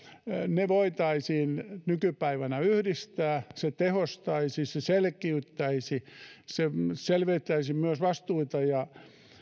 ne voitaisiin nykypäivänä yhdistää se tehostaisi se selkiyttäisi ja se selventäisi myös vastuita ja